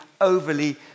overly